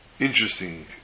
interesting